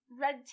red